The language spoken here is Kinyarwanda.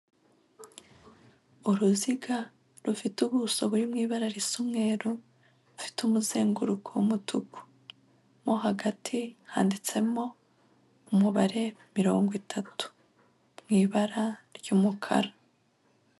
Uruziga rufite ubuso buri mu ibara risamweru, rufite umuzenguruko w'umutuku, mo hagati handitsemo umubare mirongo itatu mu ibara ry'umukara.